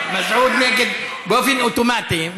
מסעוד, נגד באופן אוטומטי?